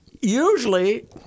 usually